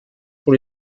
pour